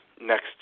Next